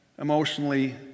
emotionally